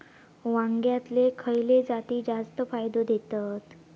वांग्यातले खयले जाती जास्त फायदो देतत?